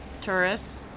tourists